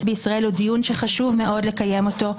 בישראל הוא דיון שחשוב מאוד לקיים אותו,